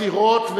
בחירות,